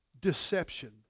deception